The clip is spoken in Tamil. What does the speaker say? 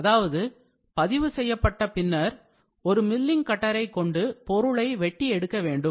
அதாவது பதிவு செய்யப்பட்ட பின்னர் ஒரு milling cutter ஐ கொண்டு பொருளை வெட்டி எடுக்க வேண்டும்